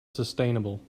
sustainable